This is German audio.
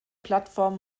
plattform